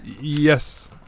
Yes